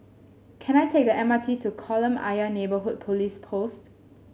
can I take the M R T to Kolam Ayer Neighbourhood Police Post